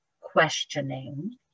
questioning